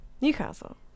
Newcastle